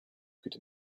could